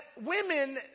women